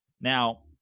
Now